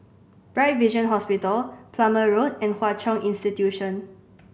Bright Vision Hospital Plumer Road and Hwa Chong Institution